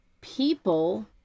people